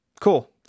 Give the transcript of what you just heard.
Cool